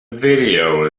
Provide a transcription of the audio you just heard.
video